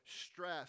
stress